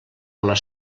les